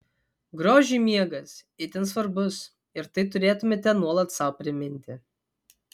grožiui miegas itin svarbus ir tai turėtumėte nuolat sau priminti